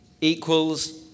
equals